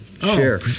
share